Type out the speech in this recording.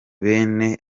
bene